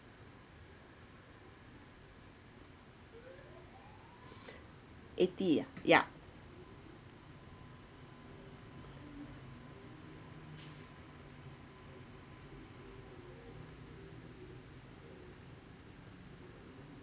eighty yup